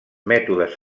mètodes